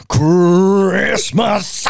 Christmas